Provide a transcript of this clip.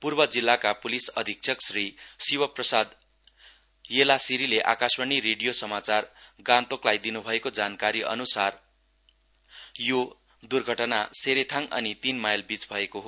पूर्व जिल्लाका पुलिस अधीक्षक श्री शिवप्रसाद येलासिरीले आकाशवाणी रेडियो समाचार गान्तोकलाई दिनुभएको जानकारी अनुसार यो दुर्घटना सेरेथाङ अनि तीन माईलबीच भएको हो